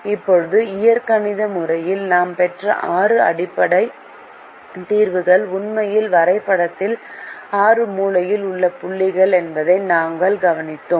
இப்போது இயற்கணித முறையில் நாம் பெற்ற ஆறு அடிப்படை தீர்வுகள் உண்மையில் வரைபடத்தில் ஆறு மூலையில் உள்ள புள்ளிகள் என்பதை நாங்கள் கவனிக்கிறோம்